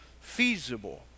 feasible